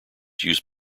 used